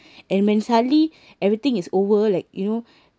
and when suddenly everything is over like you know